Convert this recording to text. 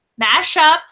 mashup